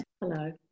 Hello